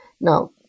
Now